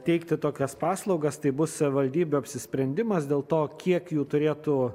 teikti tokias paslaugas tai bus savivaldybių apsisprendimas dėl to kiek jų turėtų